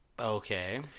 Okay